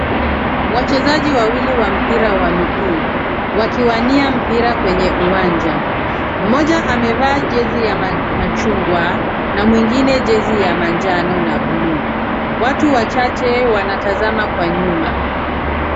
Wachezaji wawili wa mpira wa mguu wakiwania mpira kwenye uwanja. Mmoja amevaa jezi ya machungwa na mwingine jezi ya manjano na bluu. Watu wachache wanatazama kwa nyuma.